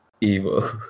evil